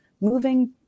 moving